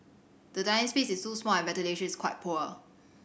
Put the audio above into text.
the dining space is too small and ventilation is quite poor